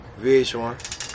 VH1